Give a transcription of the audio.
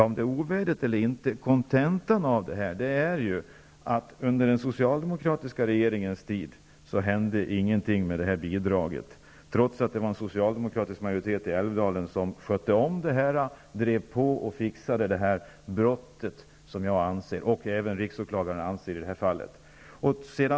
Herr talman! Ovärdigt eller inte, kontentan är att under den socialdemokratiska regeringens tid hände ingenting med detta bidrag, trots att en socialdemokratisk majoritet i Älvdalen skötte om det hela, drev på och åstadkom det här brottet -- som jag och även riksåklagaren anser att det handlar om i det här fallet.